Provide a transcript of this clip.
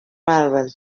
marvel